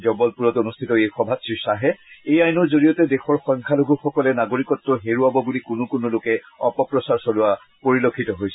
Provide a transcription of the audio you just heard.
জবলপুৰত অনুষ্ঠিত সভাত শ্ৰীশ্বাহে কয় যে এই আইনৰ জৰিয়তে দেশৰ সংখ্যালঘুসকলে নাগৰিকত্ হেৰুওৱাব বুলি কোনো কোনো লোকে অপপ্ৰচাৰ চলোৱা পৰিলক্ষিত হৈছে